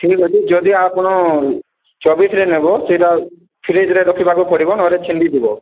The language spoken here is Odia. ଠିକ ଅଛି ଯଦି ଆପଣ ଚବିଶରେ ନେବ ସେଟା ଫ୍ରିଜରେ ରଖିବାକୁ ପଡ଼ିବ ନହେଲେ ଛିଣ୍ଡି ଯିବ